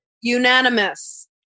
Unanimous